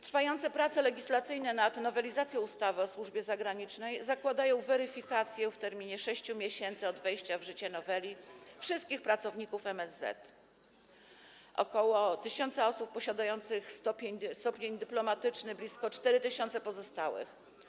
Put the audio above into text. Trwające prace legislacyjne nad nowelizacją ustawy o służbie zagranicznej zakładają weryfikację w terminie 6 miesięcy od wejścia w życie noweli wszystkich pracowników MSZ - ok. 1 tys. osób posiadających stopień dyplomatyczny i blisko 4 tys. pozostałych.